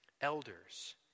elders